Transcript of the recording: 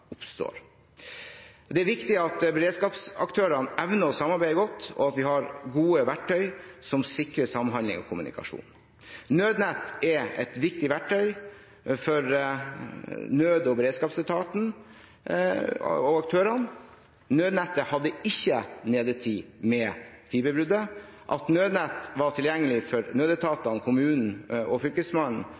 oppstår. Det er viktig at beredskapsaktørene evner å samarbeide godt, og at vi har gode verktøy som sikrer samhandling og kommunikasjon. Nødnett er et viktig verktøy for nød- og beredskapsetaten og aktørene. Nødnettet hadde ikke nedetid med fiberbruddet. At Nødnett var tilgjengelig for nødetatene, kommunen og Fylkesmannen,